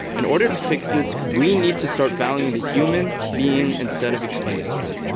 in order to fix this, we need to start valuing the human being instead of exploiting them.